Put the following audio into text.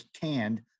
canned